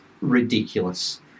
ridiculous